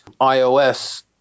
iOS